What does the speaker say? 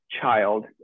child